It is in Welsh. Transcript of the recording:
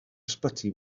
ysbyty